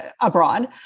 abroad